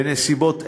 בנסיבות אלה,